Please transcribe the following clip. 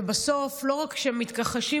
ובסוף לא רק שהם מתכחשים,